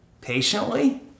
patiently